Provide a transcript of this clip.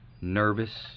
nervous